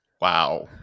Wow